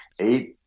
Eight